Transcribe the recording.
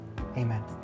Amen